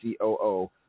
COO